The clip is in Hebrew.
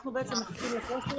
אנחנו בעצם מחכים לתקציב.